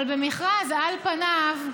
אבל במכרז, על פניו,